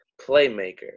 playmaker